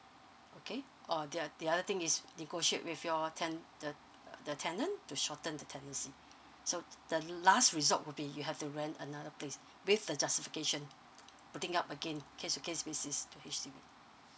okay or the oth~ the other thing is negotiate with your ten~ the uh the tenant to shorten the tenancy so the last resort would be you have to rent another place with the justification putting up again case to case basis to H_D_B